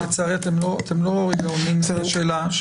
שמחה, נמצא פתרון מאזן.